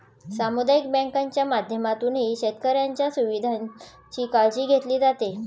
सामुदायिक बँकांच्या माध्यमातूनही शेतकऱ्यांच्या सुविधांची काळजी घेतली जाते